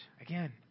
Again